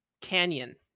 canyon